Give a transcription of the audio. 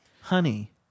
Honey